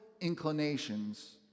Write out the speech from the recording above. inclinations